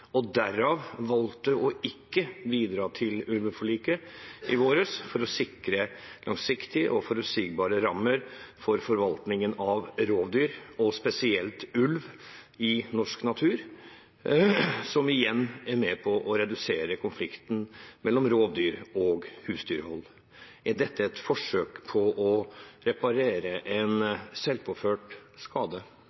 og derav valgte ikke å bidra til ulveforliket i vår for å sikre langsiktige og forutsigbare rammer for forvaltningen av rovdyr, og spesielt ulv, i norsk natur – som igjen er med på å redusere konflikten mellom rovdyr og husdyrhold. Er dette et forsøk på å reparere en